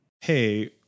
Hey